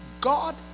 God